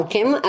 Kim